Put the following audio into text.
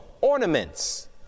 ornaments